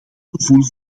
gevoel